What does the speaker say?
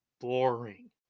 boring